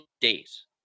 days